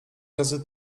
razy